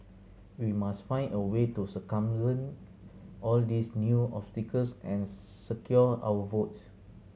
we must find a way to circumvent all these new obstacles and secure our votes